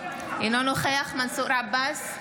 אינו נוכח מנסור עבאס,